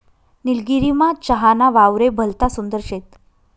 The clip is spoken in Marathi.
निलगिरीमा चहा ना वावरे भलता सुंदर शेत